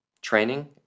training